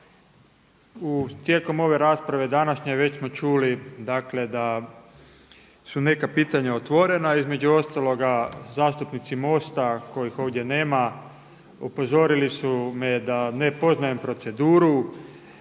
Tijekom ove rasprave današnje već smo čuli da su neka pitanja otvorena, između ostaloga zastupnici MOST-a kojih ovdje nama upozorili su me da ne poznajem proceduru